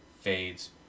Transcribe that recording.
fades